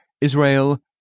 Israel